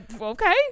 okay